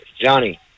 Johnny